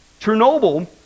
Chernobyl